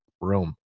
room